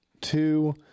two